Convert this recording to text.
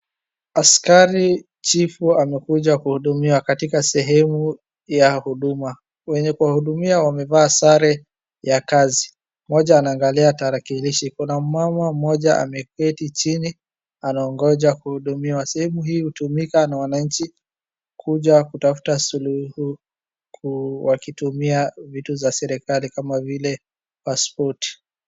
Askari chifu amekuja kuhudumiwa katika sehemu ya huduma. Mwenye kuwahudumia amevaa sare ya kazi. Mmoja ameangalia tarakilishi, kuna mama mmoja ameketi chini anangoja kuhudumiwa. Sehemu hii hutumika na wananchi kuja kutafuta suluhu kutumia vitu za serikali kama vile paspoti.